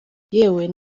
yewe